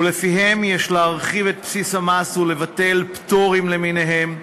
ולפיהם יש להרחיב את בסיס המס ולבטל פטורים למיניהם,